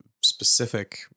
specific